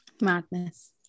Madness